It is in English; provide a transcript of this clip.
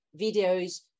videos